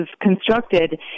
constructed